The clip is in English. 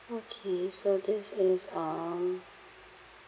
okay so this is um